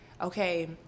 okay